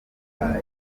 gukunda